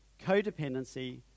codependency